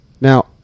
Now